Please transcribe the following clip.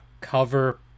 cover